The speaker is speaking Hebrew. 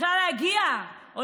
בכלל להגיע למקומות חדשים,